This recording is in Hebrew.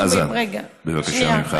חזן, בבקשה ממך.